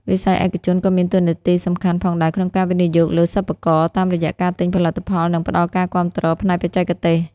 វិស័យឯកជនក៏មានតួនាទីសំខាន់ផងដែរក្នុងការវិនិយោគលើសិប្បករតាមរយៈការទិញផលិតផលនិងផ្តល់ការគាំទ្រផ្នែកបច្ចេកទេស។